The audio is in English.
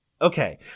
Okay